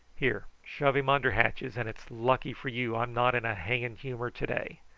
here, shove him under hatches, and it's lucky for you i'm not in a hanging humour to-day.